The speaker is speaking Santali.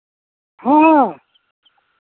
ᱦᱮᱸ